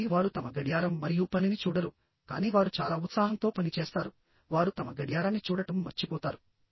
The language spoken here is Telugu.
కాబట్టి వారు తమ గడియారం మరియు పనిని చూడరు కానీ వారు చాలా ఉత్సాహంతో పని చేస్తారు వారు తమ గడియారాన్ని చూడటం మర్చిపోతారు